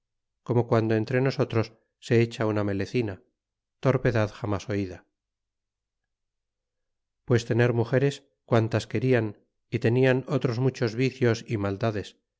como quando entre nosotros se echa una melecina torpedad jamas oida pues tener mugeres guantes querían y tenia otros muchos vicios y maldades